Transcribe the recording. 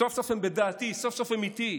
סוף-סוף הם בדעתי, סוף-סוף הם איתי,